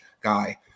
guy